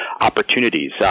opportunities